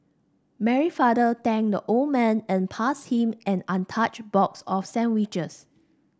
Mary's father thanked the old man and passed him an untouched box of sandwiches